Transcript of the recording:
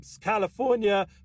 California